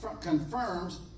confirms